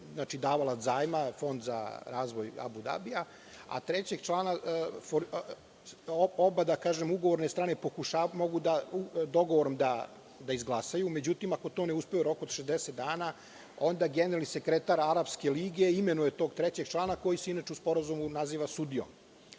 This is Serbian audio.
davalac zajma, Fond za razvoj Abu Dabija, a trećeg člana mogu ugovorne strane dogovorom da izglasaju, međutim ako to ne uspeju u roku od 60 dana onda generalni sekretar Arapske lige imenuje tog trećeg člana koji se inače u sporazumu naziva sudijom. Ovo